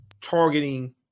targeting